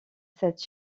cette